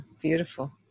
Beautiful